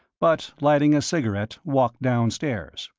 but lighting a cigarette walked downstairs.